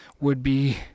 would-be